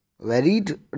varied